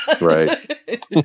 right